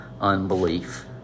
unbelief